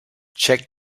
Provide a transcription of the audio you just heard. check